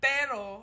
Pero